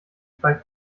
bei